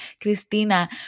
Cristina